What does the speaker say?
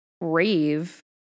rave